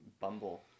bumble